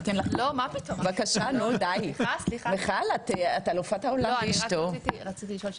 אני רק רציתי לשאול,